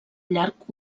llac